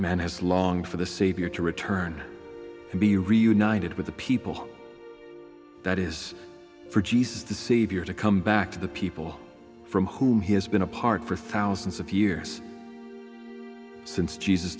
man has long for the savior to return and be reunited with the people that is for jesus to save your to come back to the people from whom he has been apart for thousands of years